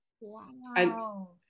Wow